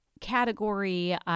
category